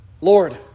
Lord